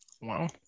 Wow